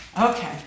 okay